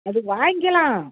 அது வாங்கிக்லாம்